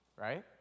Right